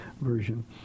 version